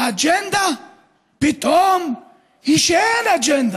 האג'נדה פתאום היא שאין אג'נדה.